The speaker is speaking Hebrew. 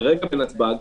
כרגע בנתב"ג,